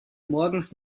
morgens